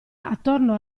attorno